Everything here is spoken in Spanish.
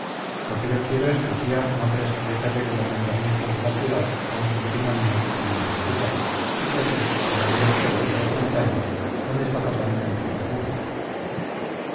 lo que yo quiero es que usía nombre secretario del ayuntamiento de la ciudad a un sobrino mío que tengo en estella y que así podrá venirse de aquellas montañas donde está pasando muchos apuros